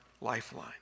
lifeline